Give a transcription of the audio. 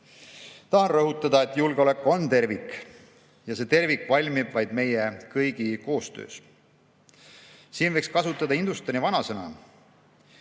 Tahan rõhutada, et julgeolek on tervik ja see tervik valmib vaid meie kõigi koostöös. Siin võiks kasutada Hindustani vanasõna: